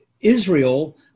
Israel